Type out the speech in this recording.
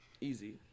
easy